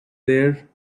there